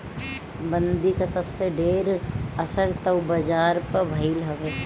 बंदी कअ सबसे ढेर असर तअ बाजार पअ भईल हवे